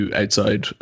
outside